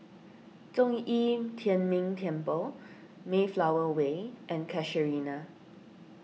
Zhong Yi Tian Ming Temple Mayflower Way and Casuarina